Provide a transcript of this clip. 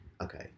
okay